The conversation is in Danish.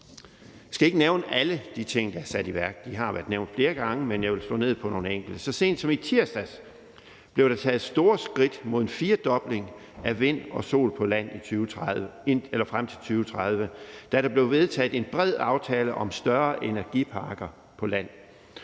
Jeg skal ikke nævne alle de ting, der er sat i værk, de har været nævnt flere gange, men jeg vil slå ned på nogle enkelte. Så sent som i tirsdags blev der taget store skridt mod en firdobling af vind- og solenergi på land frem til 2030, da der blev indgået en bred aftale om større energiparker på land